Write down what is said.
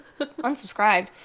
unsubscribed